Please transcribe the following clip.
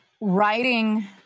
writing